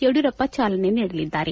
ಯಡಿಯೂರಪ್ಪ ಚಾಲನೆ ನೀಡಲಿದ್ದಾರೆ